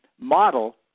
model